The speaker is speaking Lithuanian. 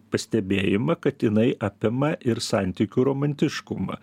pastebėjimą kad jinai apima ir santykių romantiškumą